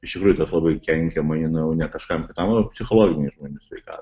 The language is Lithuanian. iš tikrųjų tas labai kenkia manau ne kažkam kitam o psichologinei žmonių sveikatai